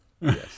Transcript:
Yes